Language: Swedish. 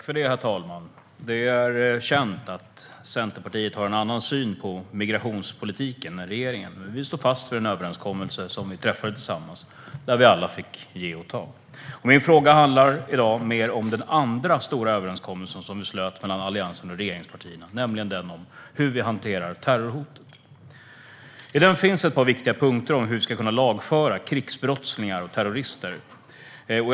Herr talman! Det är känt att Centerpartiet har en annan syn på migrationspolitiken än regeringen. Men vi står fast vid den överenskommelse som vi träffade tillsammans då vi alla fick ge och ta. Min fråga handlar mer om den andra stora överenskommelse som slöts mellan Alliansen och regeringspartierna, nämligen den om hur vi hanterar terrorhot. I den överenskommelsen finns ett par viktiga punkter om hur krigsbrottslingar och terrorister ska kunna lagföras.